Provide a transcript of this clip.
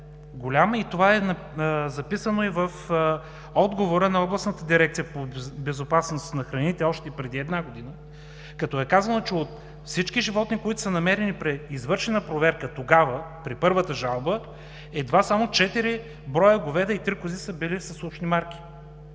и това е записано и в отговора на Областната дирекция по безопасност на храните още преди една година, като е казано, че от всички животни, които са намерени при извършена проверка тогава – при първата жалба, едва само четири броя говеда и три кози са били с ушни марки.